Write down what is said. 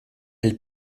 elles